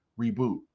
reboot